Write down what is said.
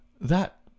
That